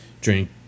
drink